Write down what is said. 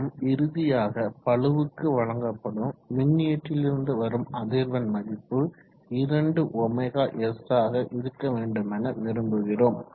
நாம் இறுதியாக பளுவுக்கு வழங்கப்படும் மின்னியிற்றியிலிருந்து வரும் அதிர்வேண்மதிப்பு 2ɷs ஆக இருக்கவேண்டுமென விரும்புகிறோம்